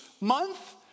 month